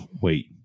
Wait